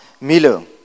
Milo